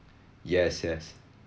yes yes